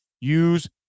Use